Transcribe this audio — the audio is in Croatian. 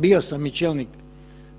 Bio sam i čelnik